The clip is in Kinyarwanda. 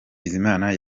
bizimana